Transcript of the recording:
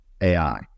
AI